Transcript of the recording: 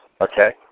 Okay